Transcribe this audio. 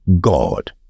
God